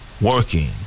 working